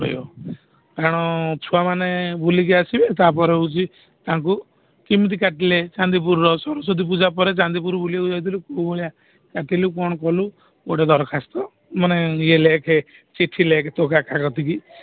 କହିବ କାରଣ ଛୁଆମାନେ ବୁଲିକି ଆସିବେ ତା'ପରେ ହେଉଛି ତାଙ୍କୁ କେମିତି କାଟିଲେ ଚାନ୍ଦିପୁରର ସରସ୍ୱତୀ ପୂଜା ପରେ ଚାନ୍ଦିପୁର ବୁଲିବାକୁ ଯାଇଥିଲୁ କେଉଁଭଳିଆ କାଟିଲୁ କ'ଣ କଲୁ ଗୋଟେ ଦରଖାସ୍ତ ମାନେ ଇଏ ଲେଖେ ଚିଠି ଲେଖେ ତୋ କାକା କତିକି